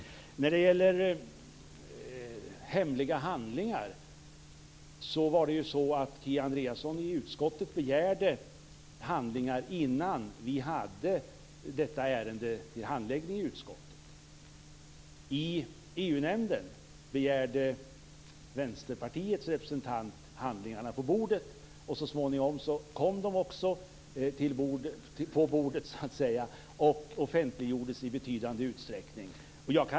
Kia Andreasson begärde handlingar från utskottet innan vi hade detta ärende till handläggning i utskottet. I EU-nämnden begärde Vänsterpartiets representant handlingarna på bordet, och så småningom kom de också dit och offentliggjordes i betydande utsträckning.